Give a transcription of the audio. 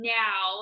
now